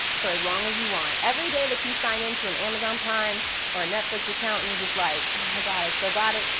for as long as you want. every day that you sign into an amazon prime or a netflix account, and you're just like, oh my god. i still got it.